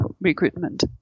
recruitment